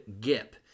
Gip